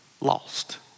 lost